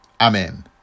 Amen